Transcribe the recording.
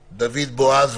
בועז,